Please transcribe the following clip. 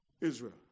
Israel